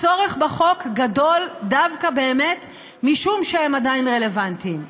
הצורך בחוק גדול דווקא באמת משום שהם עדיין רלוונטיים.